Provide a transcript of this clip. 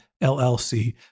L-L-C